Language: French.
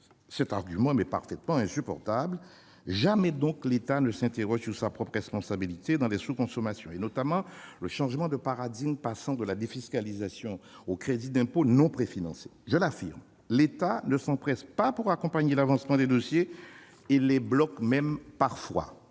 Cet argument m'est parfaitement insupportable. Jamais donc l'État ne s'interroge sur sa propre responsabilité dans les sous-consommations, notamment le changement de paradigme, passant de la défiscalisation au crédit d'impôt non préfinancé. Je l'affirme : l'État ne s'empresse pas pour accompagner l'avancement des dossiers et les bloque même parfois.